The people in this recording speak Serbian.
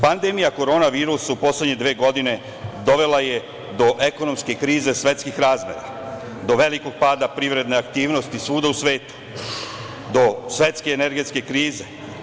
Pandemija korona virusa u poslednje dve godine dovela je do ekonomske krize svetskih razmera, do velikog pada aktivnosti svuda u svetu, do svetske energetske krize.